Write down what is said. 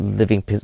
living